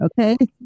Okay